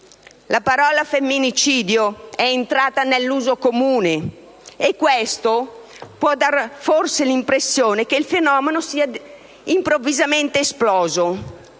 La parola "femminicidio" è entrata nell'uso comune e questo può forse dare l'impressione che il fenomeno sia improvvisamente esploso.